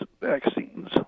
vaccines